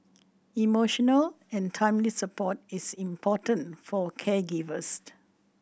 emotional and timely support is important for caregivers